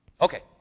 Okay